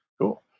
cool